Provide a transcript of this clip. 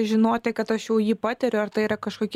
žinoti kad aš jau jį patiriu ar tai yra kažkokie